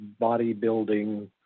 bodybuilding